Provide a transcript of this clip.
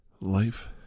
Life